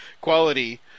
quality